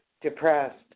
depressed